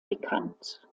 bekannt